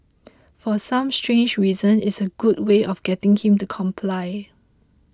for some strange reason it's a good way of getting him to comply